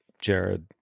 Jared